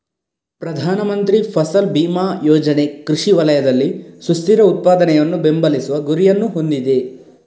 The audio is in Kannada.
ಪ್ರಧಾನ ಮಂತ್ರಿ ಫಸಲ್ ಬಿಮಾ ಯೋಜನೆ ಕೃಷಿ ವಲಯದಲ್ಲಿ ಸುಸ್ಥಿರ ಉತ್ಪಾದನೆಯನ್ನು ಬೆಂಬಲಿಸುವ ಗುರಿಯನ್ನು ಹೊಂದಿದೆ